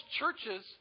churches